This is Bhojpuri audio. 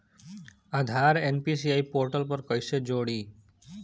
आधार एन.पी.सी.आई पोर्टल पर कईसे जोड़ी?